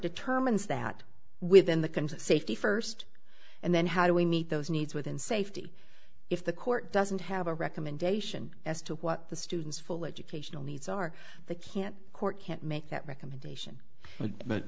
determines that within the consent safety first and then how do we meet those needs within safety if the court doesn't have a recommendation as to what the student's full educational needs are the can't court can't make that recommendation but